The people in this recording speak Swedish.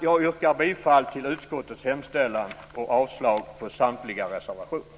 Jag yrkar bifall till utskottets förslag och avslag på samtliga reservationer.